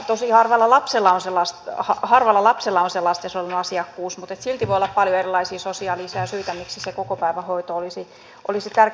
tosi harvalla lapsella on sellaista saa halvalla sillä on se lastensuojelun asiakkuus mutta silti voi olla paljon erilaisia sosiaalisia syitä miksi se kokopäivähoito olisi tärkeä